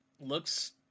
looks